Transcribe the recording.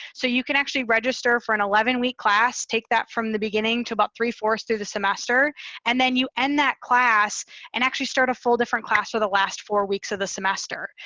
so you can actually register for an eleven week class, take that from the beginning to about three four through the semester and then you end that class and actually start a full different class for the last four weeks of the semester.